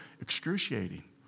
excruciating